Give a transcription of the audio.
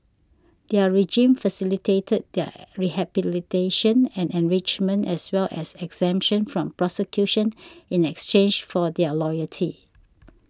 their regime facilitated their rehabilitation and enrichment as well as exemption from prosecution in exchange for their loyalty